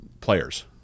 players